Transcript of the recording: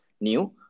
new